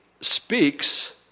speaks